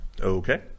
Okay